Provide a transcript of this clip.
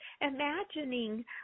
imagining